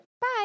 Bye